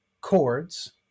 chords